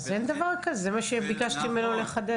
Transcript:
אז אין דבר כזה, זה מה שביקשתי ממנו לחדד.